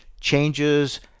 changes